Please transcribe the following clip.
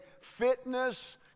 fitness